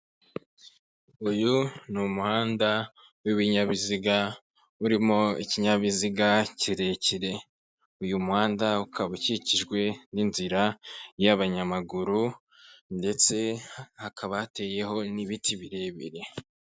Uyu ni umuhanda w'ibinyabiziga urimo ikinyabiziga kirekire, uyu muhanda ukaba ukikijwe n'inzira y'abanyamaguru ndetse hakaba hateyeho n'ibiti birebire.